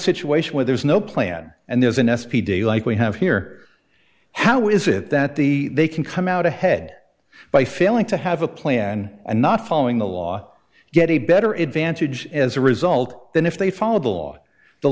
situation where there is no plan and there's an s p daylight we have here how is it that the they can come out ahead by failing to have a plan and not following the law get a better advantage as a result than if they follow the law the